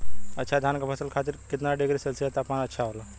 अच्छा धान क फसल के खातीर कितना डिग्री सेल्सीयस तापमान अच्छा होला?